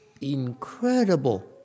incredible